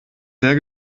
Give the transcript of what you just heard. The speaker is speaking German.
sehr